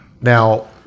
Now